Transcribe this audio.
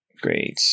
Great